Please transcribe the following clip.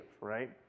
right